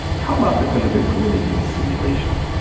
how about the claim that we're living in a simulation?